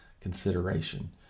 consideration